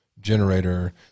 generator